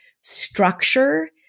structure